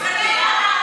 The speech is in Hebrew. במקומכם.